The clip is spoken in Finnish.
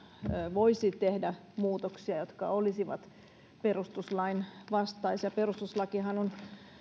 voisi tehdä muutoksia jotka olisivat perustuslain vastaisia perustuslakihan on